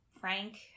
Frank